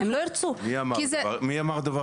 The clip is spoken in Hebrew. הם לא ירצו, כי זה --- מי אמר דבר כזה?